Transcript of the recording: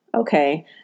Okay